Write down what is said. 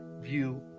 view